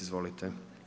Izvolite.